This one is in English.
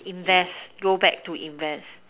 invest go back to invest